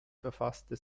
verfasste